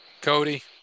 Cody